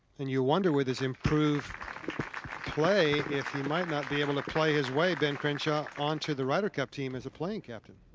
then you wonder where this improved play. if he might not be able to play his way, ben crenshaw onto the ryder cup team as a playing captain.